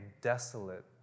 desolate